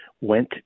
went